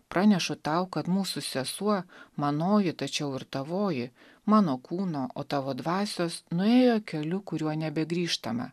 pranešu tau kad mūsų sesuo manoji tačiau ir tavoji mano kūno o tavo dvasios nuėjo keliu kuriuo nebegrįžtama